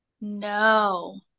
No